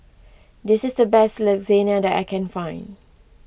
this is the best Lasagne that I can find